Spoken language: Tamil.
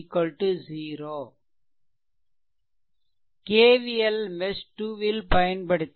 KVL மெஷ் 2 ல் பயன்படுத்தினால் i2 i1 6